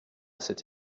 cette